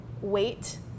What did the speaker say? wait